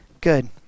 good